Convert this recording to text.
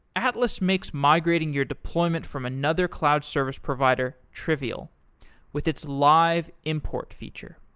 atlas makes migrating your deployment from another cloud service provider trivial with its live import feature